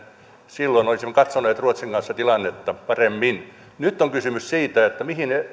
silloin olisimme katsoneet ruotsin kanssa tilannetta paremmin nyt on kysymys siitä mihin